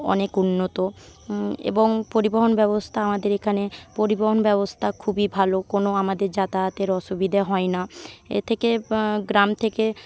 অনেক উন্নত এবং পরিবহন ব্যবস্থা আমাদের এখানে পরিবহন ব্যবস্থা খুবই ভালো কোনও আমাদের যাতায়াতের অসুবিধে হয় না এ থেকে গ্রাম থেকে